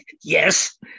Yes